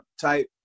type